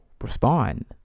respond